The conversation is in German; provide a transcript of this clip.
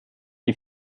die